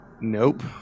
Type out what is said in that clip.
Nope